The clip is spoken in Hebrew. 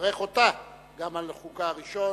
ומברך אותה על חוקה הראשון,